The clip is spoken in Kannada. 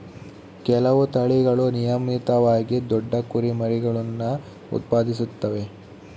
ಕೆಲವು ತಳಿಗಳು ನಿಯಮಿತವಾಗಿ ದೊಡ್ಡ ಕುರಿಮರಿಗುಳ್ನ ಉತ್ಪಾದಿಸುತ್ತವೆ